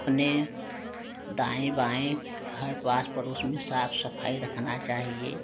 अपने दाएं बाएं हर पास पड़ोस में साफ सफाई रखना चाहिए